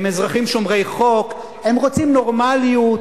הם אזרחים שומרי חוק, הם רוצים נורמליות.